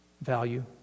value